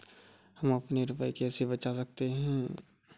हम अपने रुपये कैसे बचा सकते हैं?